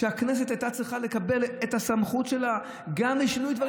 והכנסת הייתה צריכה לקבל את הסמכות שלה גם לשינוי דברים.